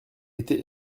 était